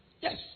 Yes